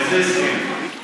איזה הסכם?